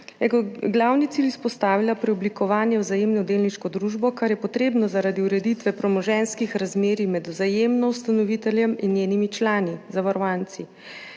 kot glavni cilj izpostavila preoblikovanje Vzajemne v delniško družbo, kar je potrebno zaradi ureditve premoženjskih razmerij med Vzajemno, ustanoviteljem in njenimi člani – zavarovanci.